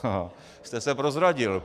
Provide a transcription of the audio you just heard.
Vy jste se prozradil.